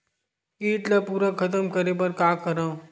कीट ला पूरा खतम करे बर का करवं?